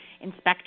inspect